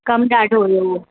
कमु ॾाढो हुओ